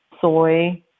soy